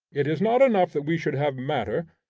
it is not enough that we should have matter,